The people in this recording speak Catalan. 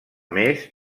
més